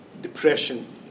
depression